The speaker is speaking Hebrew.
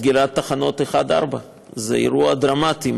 סגירת תחנות 1 4. זה אירוע דרמטי,